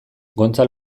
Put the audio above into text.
gontzal